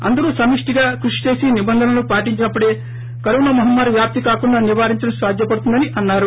అందరూ సమిష్లిగా కృషిచేసి నిబంధనలను పాటించినప్పుడే కరోనా మహమ్మారి వ్యాప్తి కాకుండా నివారించడం సాధ్యపడుతుందని అన్నారు